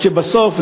בסוף,